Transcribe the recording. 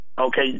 Okay